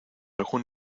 algún